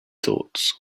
thoughts